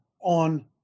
on